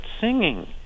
singing